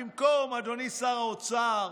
אדוני שר האוצר,